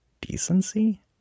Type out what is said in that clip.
Decency